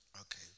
okay